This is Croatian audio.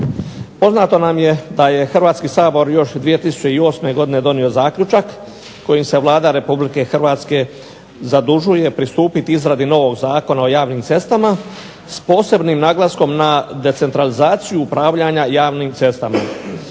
Poznato nam je da je Hrvatski sabor još 2008. godine donio zaključak kojim se Vlada Republike Hrvatske zadužuje pristupiti izradi novog Zakona o javnim cestama s posebnim naglaskom na decentralizaciju upravljanja javnim cestama.